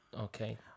Okay